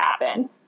happen